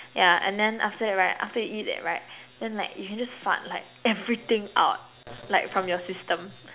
yeah and then after that right after you eat that right then like you can just fart like everything out like from your system